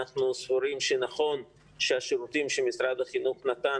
אנחנו סבורים שנכון שהשירותים שמשרד החינוך נתן